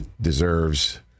deserves